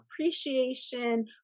appreciation